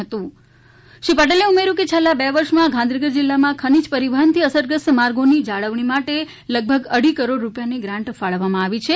મંત્રી શ્રી સૌરભભાઇ પટેલે ઉમેર્યુ કે છેલ્લા બે વર્ષમાં ગાંધીનગર જિલ્લામાં ખનિજ પરિવહનથી અસરગ્રસ્ત માર્ગોની જાળવણી માટે લગભગ અઢી કરોડ રૂપિયાની ગ્રાન્ટ ફાળવવામાં આવી છે